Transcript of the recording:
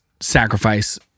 sacrifice